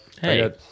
Hey